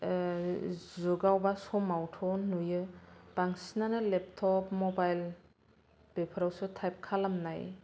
जुगाव बा समावथ' नुयो बांसिनानै लेपट'प मबाइल बेफोरावसो टाइप खालामनाय